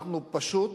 אנחנו פשוט